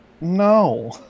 no